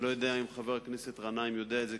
אני לא יודע אם חבר הכנסת גנאים יודע את זה,